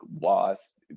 lost